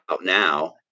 now